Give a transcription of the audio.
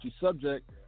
subject